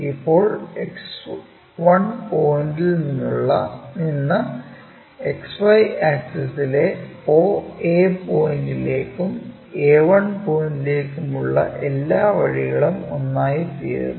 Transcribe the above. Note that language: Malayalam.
ഇപ്പോൾ X1 പോയിന്റിൽ നിന്ന് XY ആക്സിസിലെ oa പോയിന്റിലേക്കും a1 പോയിന്റിലേക്കുള്ള എല്ലാ വഴികളും ഒന്നായിത്തീരുന്നു